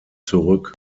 zurück